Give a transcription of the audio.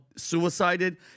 Suicided